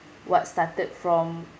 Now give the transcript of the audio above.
what started from